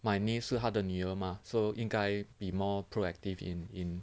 my niece 是他的女儿 mah so 应该 be more proactive in in